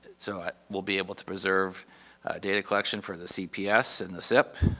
so we'll be able to preserve data collection for the cps and the cip,